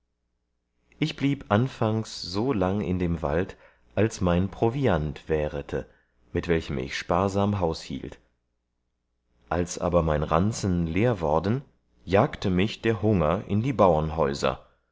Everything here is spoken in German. ich blieb anfangs so lang im wald als mein proviant währete mit welchem ich sparsam haushielt als aber mein ranzen leer worden jagte mich der hunger in die